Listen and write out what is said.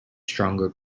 stronger